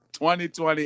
2020